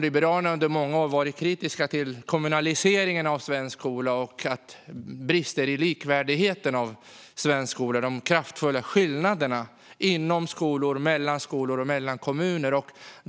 Liberalerna har under många år varit kritiska till kommunaliseringen av svensk skola, bristerna i likvärdigheten i svenska skolor och de kraftiga skillnaderna inom skolor, mellan skolor och mellan kommuner.